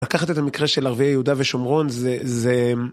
לקחת את המקרה של ערבי יהודה ושומרון זה...